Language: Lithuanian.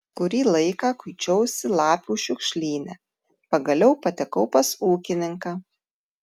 kurį laiką kuičiausi lapių šiukšlyne pagaliau patekau pas ūkininką